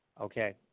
okay